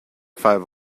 five